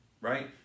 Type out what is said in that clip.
Right